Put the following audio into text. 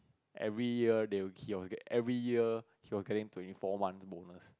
every year they he will get every year he were getting twenty four months bonus